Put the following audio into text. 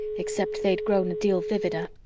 except they'd grown a deal vivider.